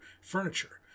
furniture